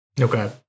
Okay